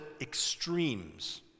extremes